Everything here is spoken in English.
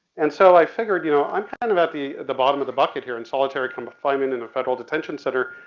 and so i figured, you know, i'm kind of at the the bottom of the bucket here in solitary confinement in a federal detention center,